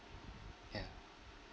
ya